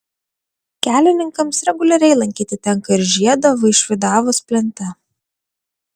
kelininkams reguliariai lankyti tenka ir žiedą vaišvydavos plente